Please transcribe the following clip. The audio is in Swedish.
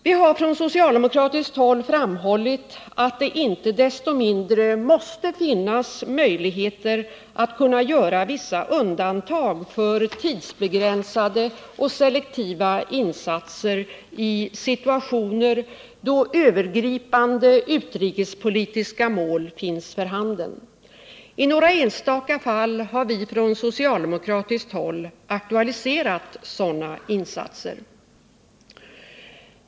Vi har från socialdemokratiskt håll framhållit att det inte desto mindre måste finnas möjligheter att göra vissa undantag för tidsbegränsade och selektiva insatser i situationer då övergripande utrikespolitiska mål finns för handen. I några enstaka fall har vi på socialdemokratiskt håll aktualiserat sådana insatser.